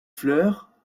fleurs